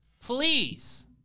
Please